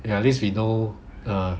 ya at least we know err